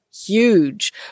huge